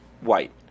white